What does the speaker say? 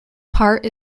part